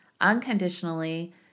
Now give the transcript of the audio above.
unconditionally